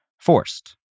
forced